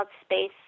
space